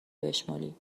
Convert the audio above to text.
بشمری